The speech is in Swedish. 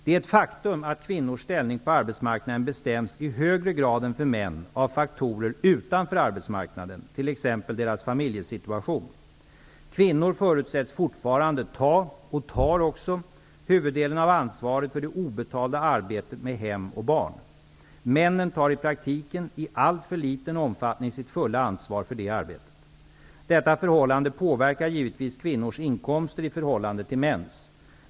Det är ett faktum att kvinnors ställning på arbetsmarknaden bestäms i högre grad än för män av faktorer utanför arbetsmarknaden, t.ex. deras familjesituation. Kvinnor förutsätts fortfarande ta -- och tar också -- huvuddelen av ansvaret för det obetalda arbetet med hem och barn. Männen tar i praktiken i alltför liten omfattning sitt fulla ansvar för detta arbete. Detta förhållande påverkar givetvis kvinnors inkomster i förhållande till mäns.